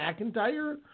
McIntyre